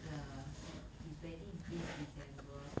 the he his wedding is this december